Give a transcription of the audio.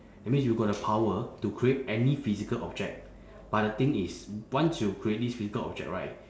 that means you got the power to create any physical object but the thing is once you create this physical object right